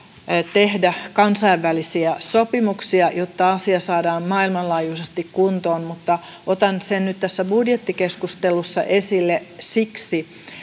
tehdä kansainvälisiä sopimuksia jotta asia saadaan maailmanlaajuisesti kuntoon mutta otan sen nyt tässä budjettikeskustelussa esille siksi